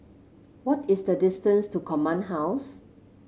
what is the distance to Command House